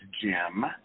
Jim